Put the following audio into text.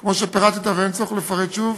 כמו שפירטת ואין צורך לפרט שוב,